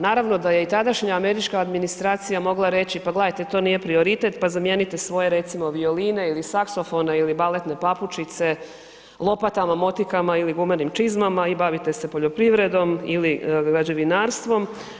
Naravno da je i tadašnja američka administracija mogla reći, pa gledajte to nije prioritet, pa zamijenite svoje recimo violine ili saksofone ili baletne papučice, lopatama, motikama ili gumenim čizmama i bavite se poljoprivrednom ili građevinarstvom.